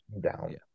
down